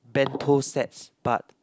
bento sets but